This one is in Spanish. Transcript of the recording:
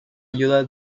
ayuda